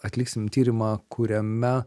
atliksim tyrimą kuriame